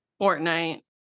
Fortnite